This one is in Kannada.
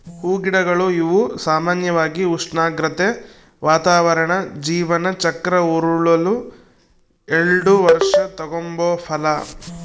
ಹೂಗಿಡಗಳು ಇವು ಸಾಮಾನ್ಯವಾಗಿ ಉಷ್ಣಾಗ್ರತೆ, ವಾತಾವರಣ ಜೀವನ ಚಕ್ರ ಉರುಳಲು ಎಲ್ಡು ವರ್ಷ ತಗಂಬೋ ಫಲ